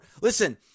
Listen